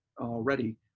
already